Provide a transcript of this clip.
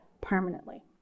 permanently